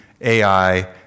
AI